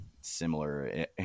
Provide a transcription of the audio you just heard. similar